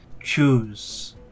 choose